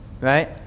right